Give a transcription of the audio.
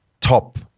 top